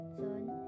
zone